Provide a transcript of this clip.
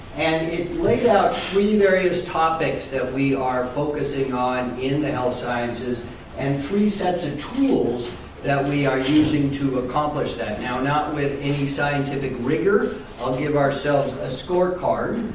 and it laid out three various topics that we are focusing on in the health sciences and three sets of and tools that we are using to accomplish that. now not with any scientific rigor i'll give ourselves a scorecard.